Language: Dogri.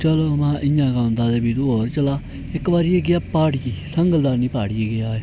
चलो महां इ'यां गै औंदा ते भी तू होर चलाऽ इक बारी एह् गेआ प्हाड़ियै संगलदान दी प्हाड़ियै गेआ एह्